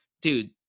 dude